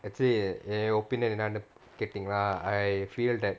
let's say opinion என்னான்னு கேட்டிங்களா:ennanu kettingalaa I feel that